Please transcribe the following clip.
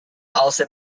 also